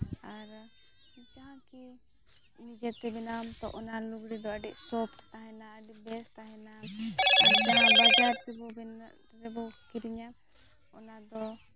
ᱟᱨ ᱡᱟᱦᱟᱸ ᱠᱤ ᱱᱤᱡᱮᱛᱮ ᱵᱮᱱᱟᱣ ᱟᱢ ᱛᱚ ᱚᱱᱟ ᱞᱩᱜᱽᱲᱤ ᱫᱚ ᱟᱹᱰᱤ ᱥᱚᱯᱷᱚᱴ ᱛᱟᱦᱮᱱᱟ ᱟᱹᱰᱤ ᱵᱮᱥ ᱛᱟᱦᱮᱱᱟ ᱚᱱᱟ ᱵᱟᱡᱟᱨ ᱠᱚᱨᱮ ᱵᱚ ᱠᱤᱨᱤᱧᱟ ᱚᱱᱟ ᱫᱚ